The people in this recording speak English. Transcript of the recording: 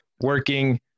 working